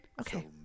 Okay